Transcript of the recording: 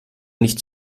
nicht